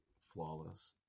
flawless